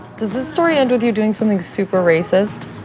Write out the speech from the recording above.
does the story end with you're doing something super racist.